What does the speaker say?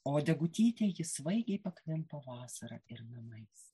o degutytei ji svaigiai pakvimpa vasara ir namais